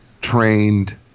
trained